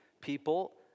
people